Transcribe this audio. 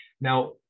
Now